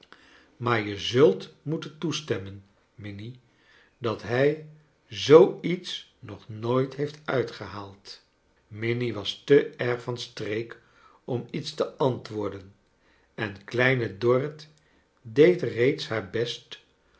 maar je zult moeten toestemmen minnie dat hij zoo iets nog nooit lieeft uitgehaald minnie was te erg van streek om iets te antwoorden en kleine dorrit deed reeds haar best